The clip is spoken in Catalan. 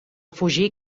fugir